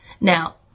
Now